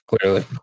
clearly